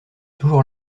toujours